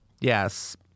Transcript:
yes